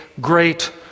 great